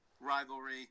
rivalry